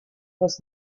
was